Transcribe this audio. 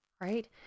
right